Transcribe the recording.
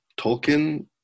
Tolkien